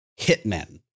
hitmen